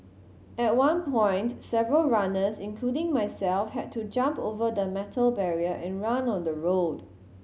at one point several runners including myself had to jump over the metal barrier and run on the road